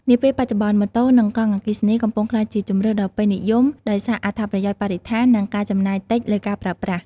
នាពេលបច្ចុប្បន្ន ម៉ូតូ និងកង់អគ្គិសនី កំពុងក្លាយជាជម្រើសដ៏ពេញនិយម ដោយសារអត្ថប្រយោជន៍បរិស្ថាន និងការចំណាយតិចលើការប្រើប្រាស់។